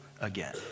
again